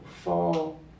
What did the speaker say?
fall